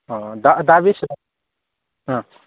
अ दा दा बेसेबां